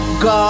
God